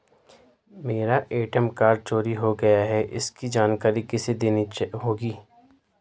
मेरा ATM card चोरी हो गया है इसकी जानकारी किसे देनी होगी?